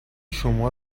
شما